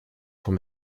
foi